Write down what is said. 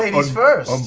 ladies first!